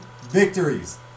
victories